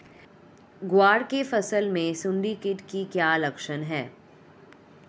ग्वार की फसल में सुंडी कीट के क्या लक्षण है?